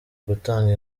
gutunga